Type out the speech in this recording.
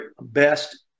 best